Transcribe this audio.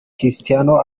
cristiano